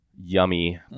yummy